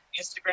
Instagram